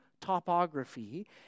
topography